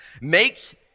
makes